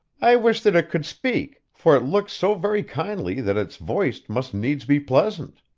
i wish that it could speak, for it looks so very kindly that its voice must needs be pleasant.